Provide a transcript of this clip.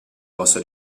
possa